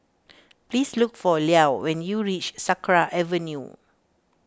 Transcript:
please look for Llo when you reach Sakra Avenue